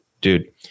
dude